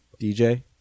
DJ